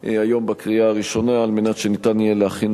היום בקריאה ראשונה כדי שיהיה אפשר להכינה